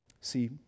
See